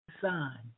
son